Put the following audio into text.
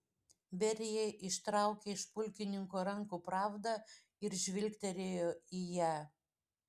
berija ištraukė iš pulkininko rankų pravdą ir žvilgtelėjo į ją